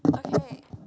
okay